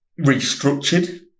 restructured